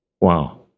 Wow